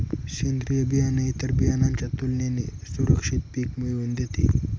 सेंद्रीय बियाणं इतर बियाणांच्या तुलनेने सुरक्षित पिक मिळवून देते